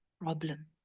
problem